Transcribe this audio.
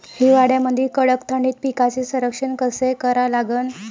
हिवाळ्यामंदी कडक थंडीत पिकाचे संरक्षण कसे करा लागन?